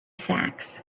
sacks